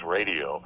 Radio